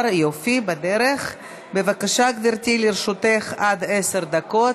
לוי אבקסיס מבקשים להירשם כתומכים,